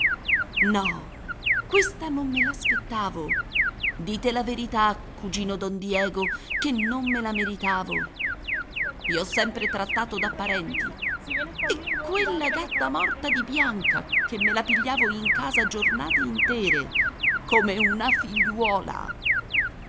no questa non me l'aspettavo dite la verità cugino don diego che non me la meritavo i ho sempre trattati da parenti e quella gatta morta di bianca che me la pigliavo in casa giornate intere come una figliuola